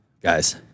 guys